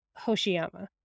Hoshiyama